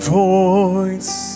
voice